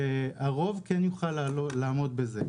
והרוב כן יוכלו לעמוד בזה.